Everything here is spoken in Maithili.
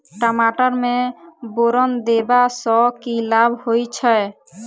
टमाटर मे बोरन देबा सँ की लाभ होइ छैय?